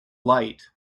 light